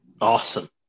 awesome